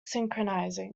synchronizing